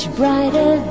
brighter